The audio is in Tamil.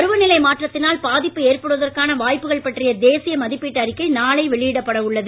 பருவநிலை மாற்றத்தினால் பாதிப்பு ஏற்படுவதற்கான வாய்ப்புகள் பற்றிய தேசிய மதிப்பீட்டு அறிக்கை நாளை வெளியிடப்பட உள்ளது